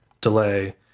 delay